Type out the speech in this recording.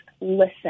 listen